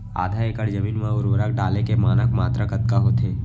आधा एकड़ जमीन मा उर्वरक डाले के मानक मात्रा कतका होथे?